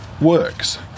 works